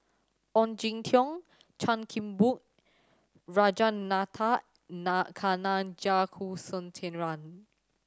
Ong Jin Teong Chan Kim Boon